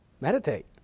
Meditate